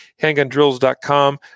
Handgundrills.com